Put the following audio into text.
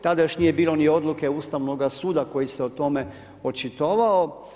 Tada još nije bilo ni odluke Ustavnoga suda koji se o tome očitovao.